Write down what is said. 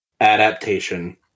Adaptation